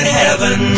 heaven